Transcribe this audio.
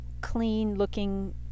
clean-looking